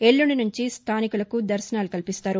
ఎల్లుండి సుంచి స్థానికులకు దర్శనాలు కల్పిస్తారు